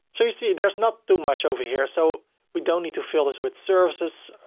so you see, there's not too much over here. so we don't need to fill this with services,